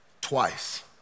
twice